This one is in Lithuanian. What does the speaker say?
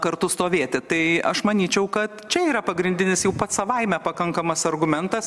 kartu stovėti tai aš manyčiau kad čia yra pagrindinis jau pats savaime pakankamas argumentas